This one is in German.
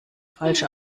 falsch